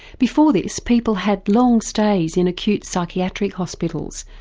before this people had long stays in acute psychiatric hospitals,